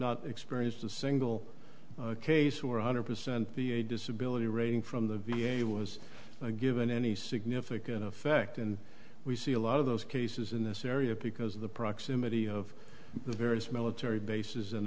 not experienced a single case or one hundred percent be a disability rating from the v a was given any significant effect and we see a lot of those cases in this area because of the proximity of the various military bases and